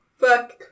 Fuck